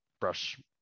brush